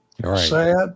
sad